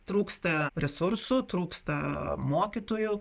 trūksta resursų trūksta mokytojų